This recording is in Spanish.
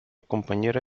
compañera